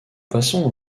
passons